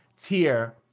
tier